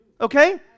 Okay